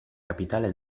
capitale